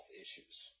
issues